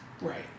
Right